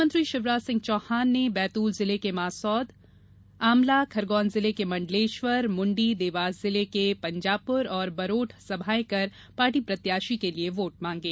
मुख्यमत्रीं शिवराज सिंह चौहान ने बैतुल जिले के मासौद आमला खरगोन जिले के मण्डलेश्वर मृण्डी देवास जिले के पंजापुर और बर्राठ सभायें कर पार्टी प्रत्याशियों के लिए वोट मांगे